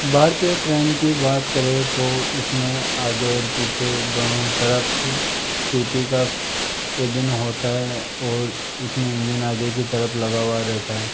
भारतीय ट्रेन की बात करें तो इसमें आगे और पीछे दोनों तरफ़ टी टी का केबिन होता है और इसमें इंजन आगे की तरफ़ लगा हुआ रहता है